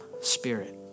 spirit